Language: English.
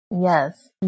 Yes